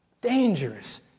dangerous